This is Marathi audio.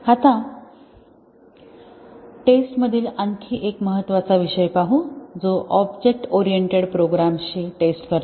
आता टेस्ट मधील आणखी एक महत्त्वाचा विषय पाहू जो ऑब्जेक्ट ओरिएंटेड प्रोग्राम्सची टेस्ट करतो